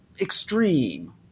extreme